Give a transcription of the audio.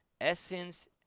essence